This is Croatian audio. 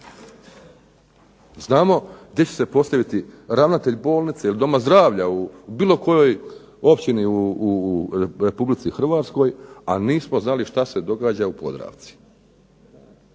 Znamo gdje će se postaviti ravnatelj bolnice ili doma zdravlja u bilo kojoj općini u Republici Hrvatskoj ali nismo znali ništa o Podravci.